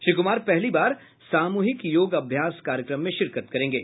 श्री कुमार पहली बार सामूहिक योग अभ्यास कार्यक्रम में शिरकत करेंगे